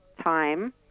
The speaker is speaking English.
time